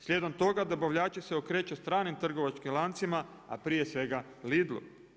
Slijedom toga dobavljači se okreću stranim trgovačkim lancima, a prije svega Lidlu.